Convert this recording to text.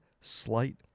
Slight